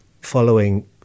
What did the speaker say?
following